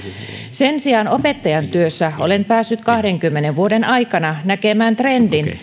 sen sijaan opettajantyössä olen päässyt kahdenkymmenen vuoden aikana näkemään trendin